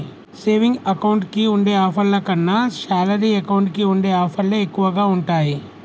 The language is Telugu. సేవింగ్ అకౌంట్ కి ఉండే ఆఫర్ల కన్నా శాలరీ అకౌంట్ కి ఉండే ఆఫర్లే ఎక్కువగా ఉంటాయి